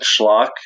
schlock